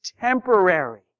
temporary